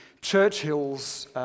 Churchill's